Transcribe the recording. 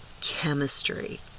chemistry